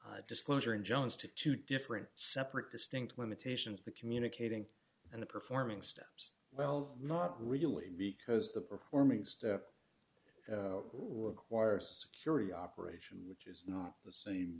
same disclosure in jones to two different separate distinct limitations the communicating and the performing steps well not really because the performing step we require security operation which is not the same